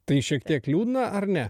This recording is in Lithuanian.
tai šiek tiek liūdna ar ne